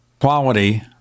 quality